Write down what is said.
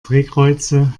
drehkreuze